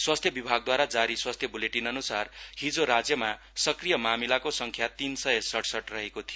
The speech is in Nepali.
स्वास्थ्य विभागद्वारा जारि स्वास्थ्य बुलेटिन अनुसार हिजो राज्यमा सक्रिय मामिलाको संख्या तीन सय सड़सट रहेको थियो